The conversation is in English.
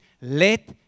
let